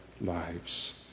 lives